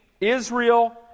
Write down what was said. Israel